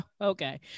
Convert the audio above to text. okay